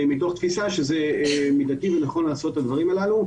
מתוך תפיסה שזה מידתי ונכון לעשות את הדברים הללו.